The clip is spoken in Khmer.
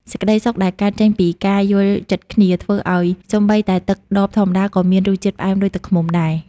សេចក្តីសុខដែលកើតចេញពីការយល់ចិត្តគ្នា ធ្វើឱ្យសូម្បីតែទឹកដបធម្មតាក៏មានរសជាតិផ្អែមដូចទឹកឃ្មុំដែរ។